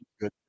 Good